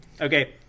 okay